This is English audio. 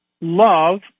love